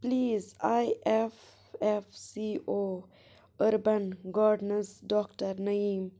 please I F F C O urban gardens doctor Naeem